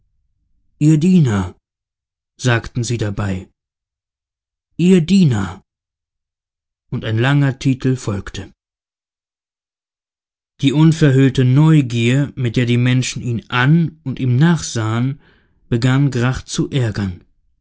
ihr diener sagten sie dabei ihr diener und ein langer titel folgte die unverhüllte neugier mit der die menschen ihn an und ihm nachsahen begann grach zu ärgern